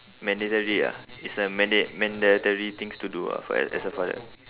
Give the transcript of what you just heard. mandatory ah it's a manda~ mandatory things to do ah for as as a father